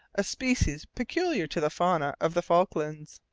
a species peculiar to the fauna of the falklands.